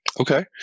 Okay